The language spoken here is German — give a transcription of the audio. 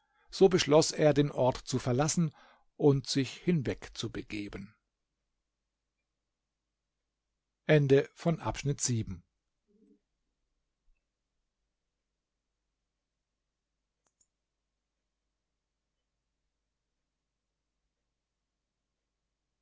so beschloß er den ort zu verlassen und sich hinweg zu begeben